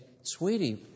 sweetie